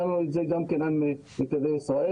היה לנו את זה עם נתיבי ישראל,